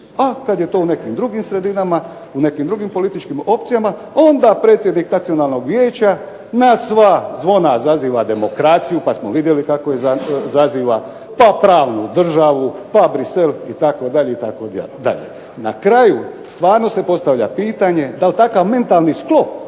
A kad je to u nekim drugim sredinama, u onim drugim političkim opcijama onda predsjednik Nacionalnog vijeća na sva zvona zaziva demokraciju pa smo vidjeli kako je zaziva, pa pravnu državu, pa Bruxelles itd. ,itd. Na kraju, stvarno se postavlja pitanje da li takav mentalni sklop